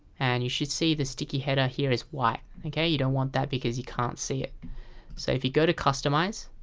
and you should see the sticky header here as white. you don't want that because you can't see it so if you go to customize